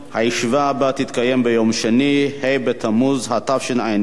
הישיבה הבאה תתקיים ביום שני, ה' בתמוז התשע"ב,